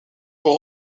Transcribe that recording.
pour